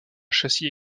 châssis